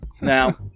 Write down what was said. Now